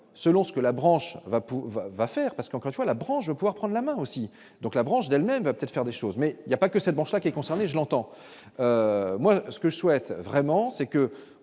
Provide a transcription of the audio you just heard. selon ce que la branche va pour va va faire parce qu'on côtoie la branche de pouvoir prendre la main aussi donc la branche d'elle-même, va peut-être faire des choses mais il y a pas que cette banque chaque est concerné, je l'entends, moi ce que je souhaite vraiment, c'est que